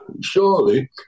surely